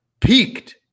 peaked